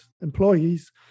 employees